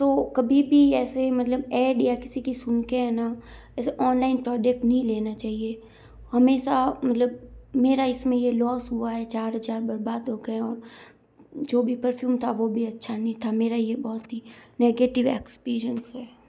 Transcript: तो कभी भी ऐसे मतलब ऐड या किसी की सुन कर है ना ऐसे ऑनलाइन प्रोडक्ट नहीं लिया चाहिए हमेशा मतलब मेरा इस में ये लॉस हुआ है चार हज़ार बर्बाद हो गए और जो भी परफ्यूम था वो अच्छा नहीं था मेरा ये बहुत ही नेगेटिव एक्सपीरियंस है